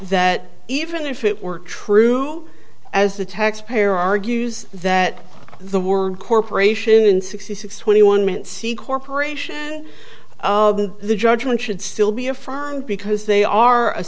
that even if it were true as the taxpayer argues that the word corporation in sixty six twenty one men see corporation the judgment should still be affirmed because they are a